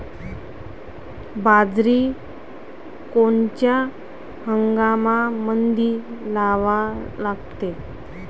बाजरी कोनच्या हंगामामंदी लावा लागते?